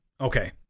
Okay